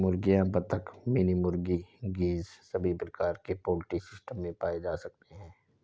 मुर्गियां, बत्तख, गिनी मुर्गी, गीज़ सभी प्रकार के पोल्ट्री सिस्टम में पाए जा सकते है